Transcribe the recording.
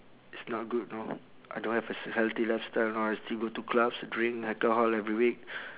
it's not good know I don't have a s~ healthy lifestyle know I still go to clubs drink alcohol every week